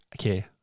okay